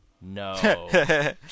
no